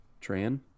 tran